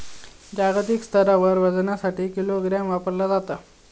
जागतिक स्तरावर वजनासाठी किलोग्राम वापरला जाता